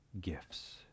gifts